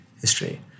history